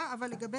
בדיוק.